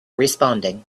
responding